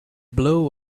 blow